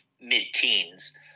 mid-teens